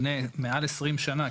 מעל 20 שנה.